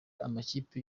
amakipe